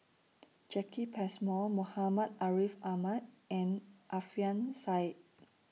Jacki Passmore Muhammad Ariff Ahmad and Alfian Sa'at